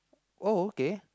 uh oh okay